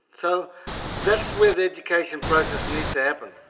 so that's where the education process needs to happen.